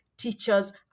Teachers